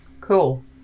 Cool